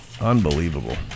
Unbelievable